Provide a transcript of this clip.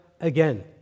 again